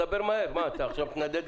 דבר מהר וקצר.